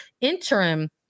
interim